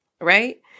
right